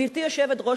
גברתי היושבת-ראש,